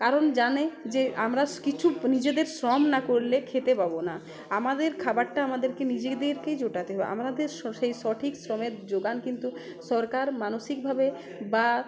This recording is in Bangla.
কারণ জানে যে আমরা কিছু নিজেদের শ্রম না করলে খেতে পাবো না আমাদের খাবারটা আমাদেরকে নিজেদেরকেই জোটাতে হবে আমাদের সেই সঠিক শ্রমের জোগান কিন্তু সরকার মানসিকভাবে বা